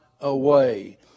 away